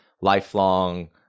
lifelong